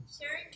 Sharing